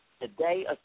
Today